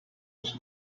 was